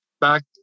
back